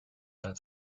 that